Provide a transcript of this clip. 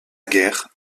guerre